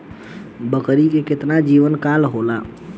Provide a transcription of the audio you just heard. बकरी के केतना जीवन काल होला?